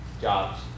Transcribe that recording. jobs